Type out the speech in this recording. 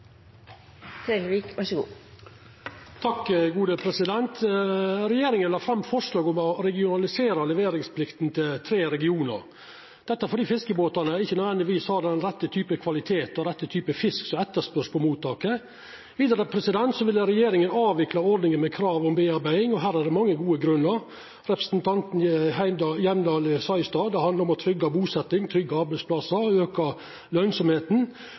regionar, dette fordi fiskebåtane ikkje nødvendigvis har den rette typen kvalitet og den rette typen fisk som vert etterspurd på mottaket. Vidare vil regjeringa avvikla ordninga med krav om foredling, og her er det mange gode grunnar. Representanten Hjemdal sa i stad: Det handlar om å tryggja busetjing, tryggja arbeidsplassar og auka